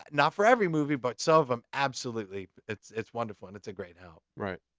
not for every movie, but some of them, absolutely. it's it's wonderful and it's a great help. right.